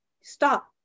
Stop